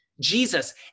Jesus